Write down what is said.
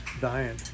dying